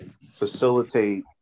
facilitate